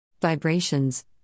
Vibrations